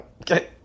Okay